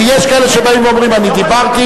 כי יש כאלה שבאים ואומרים: אני דיברתי,